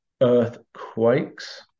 earthquakes